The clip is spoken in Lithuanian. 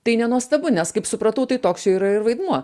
tai nenuostabu nes kaip supratau tai toks jo yra ir vaidmuo